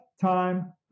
time